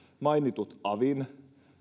mainitut avin